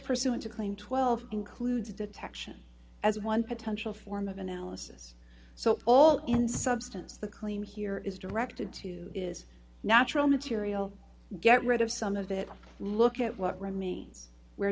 pursuant to claim twelve includes detection as one potential form of analysis so all in substance the claim here is directed to is natural material get rid of some of that look at what r